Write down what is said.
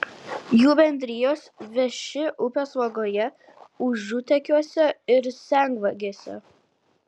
jų bendrijos veši upės vagoje užutekiuose ir senvagėse